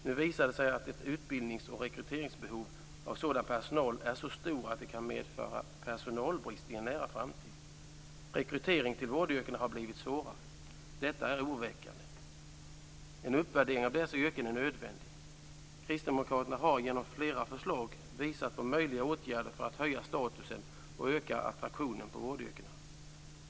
Nu visar det sig att ett utbildnings och rekryteringsbehov av sådan personal är så stort att det kan medföra personalbrist i en nära framtid. Rekrytering till vårdyrkena har blivit svårare. Detta är oroväckande. En uppvärdering av dessa yrken är nödvändig. Kristdemokraterna har genom flera förslag visat på möjliga åtgärder för att höja statusen och öka attraktionen vad gäller vårdyrkena.